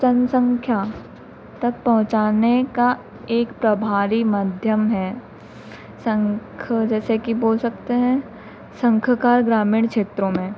जनसंख्या तक पहुँचाने का एक प्रभारी माध्यम है संख जैसे कि बोल सकते हैं संखकार ग्रामीण क्षेत्रों में